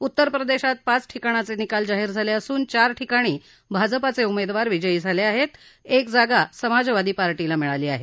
उत्तर प्रदेशात पाच ठिकाणाचे निकाल जाहीर झाले असून चार ठिकाणी भाजपाचे उमेदवार विजयी झाले आहेत तर एक जागा समाजवादी पार्टीला मिळाली आहे